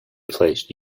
placed